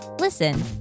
listen